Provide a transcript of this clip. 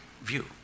view